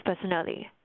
personally